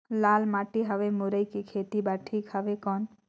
लाल माटी हवे मुरई के खेती बार ठीक हवे कौन?